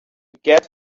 get